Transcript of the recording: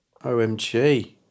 OMG